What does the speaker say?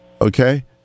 Okay